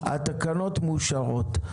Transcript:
התקנות מאושרות.